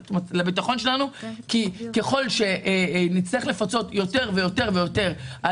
ככל שנצטרך לפצות יותר ויותר על